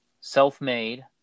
Self-Made